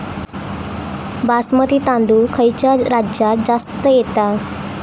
बासमती तांदूळ खयच्या राज्यात जास्त येता?